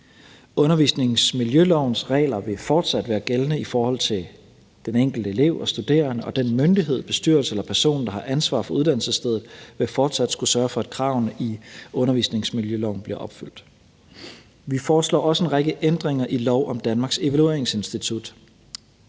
Undervisningsmiljølovens regler vil fortsat være gældende i forhold til den enkelte elev og studerende, og den myndighed, bestyrelse eller person, der har ansvar for uddannelsesstedet, vil fortsat skulle sørge for, at kravene i undervisningsmiljøloven bliver opfyldt. Vi foreslår også en række ændringer i lov om Danmarks Evalueringsinstitut.